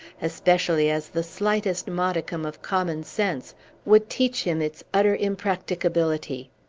especially as the slightest modicum of common-sense would teach him its utter impracticability.